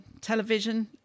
television